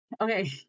okay